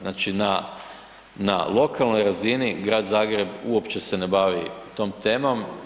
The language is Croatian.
Znači na, na lokalnoj razini Grad Zagreb uopće se ne bavi tom temom.